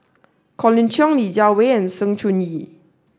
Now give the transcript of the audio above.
Colin Cheong Li Jiawei and Sng Choon Yee